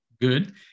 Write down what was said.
Good